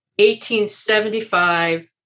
1875